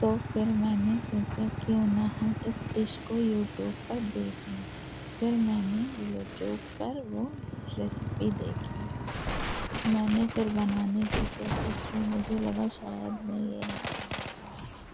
تو پھر میں نے سوچا کیوں نہ ہم اس ڈش کو یوٹوب پر دیکھ لیں پھر میں نے یوٹوب پر وہ ریسپی دیکھی میں نے پھر بنانے کی کوشش کی مجھے لگا شاید میں یہ نہ بنا پاوؑں